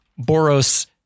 Boros